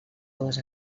dues